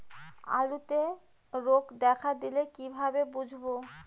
আলুতে রোগ দেখা দিলে কিভাবে বুঝবো?